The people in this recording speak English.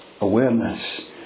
awareness